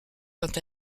quant